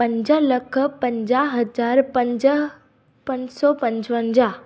पंज लख पंजाह हज़ार पंज पंज सौ पंजवंजाह